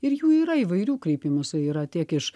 ir jų yra įvairių kreipimųsi yra tiek iš